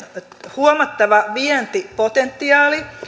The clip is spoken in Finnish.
huomattava vientipotentiaali